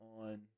on